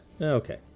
Okay